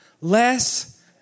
Less